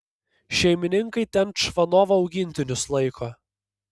šeimininkai ten čvanovo augintinius laiko